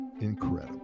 incredible